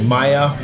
Maya